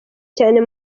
cyane